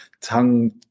tongue